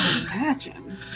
imagine